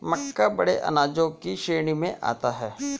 मक्का बड़े अनाजों की श्रेणी में आता है